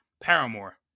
Paramore